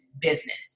business